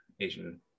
Asian